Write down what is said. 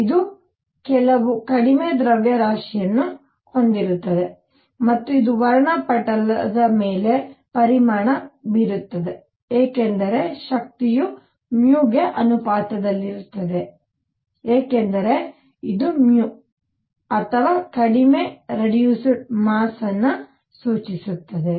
ಇದು ಕೆಲವು ಕಡಿಮೆ ದ್ರವ್ಯರಾಶಿಯನ್ನು ಹೊಂದಿರುತ್ತದೆ ಮತ್ತು ಇದು ವರ್ಣಪಟಲದ ಮೇಲೆ ಪರಿಣಾಮ ಬೀರುತ್ತದೆ ಏಕೆಂದರೆ ಶಕ್ತಿಯು mu ಗೆ ಅನುಪಾತದಲ್ಲಿರುತ್ತದೆ ಏಕೆಂದರೆ ಇದು mu ಅಥವಾ ಕಡಿಮೆ ರೆಡ್ಯೂಸಡ್ ಮಸ್ ಅನ್ನು ಸೂಚಿಸುತ್ತದೆ